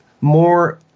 more